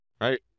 right